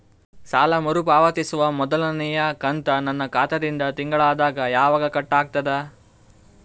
ಸಾಲಾ ಮರು ಪಾವತಿಸುವ ಮೊದಲನೇ ಕಂತ ನನ್ನ ಖಾತಾ ದಿಂದ ತಿಂಗಳದಾಗ ಯವಾಗ ಕಟ್ ಆಗತದ?